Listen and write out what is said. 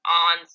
on